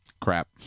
Crap